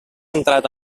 entrat